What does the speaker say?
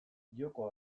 joko